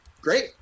great